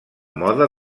moda